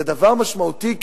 זה דבר משמעותי,